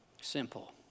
Simple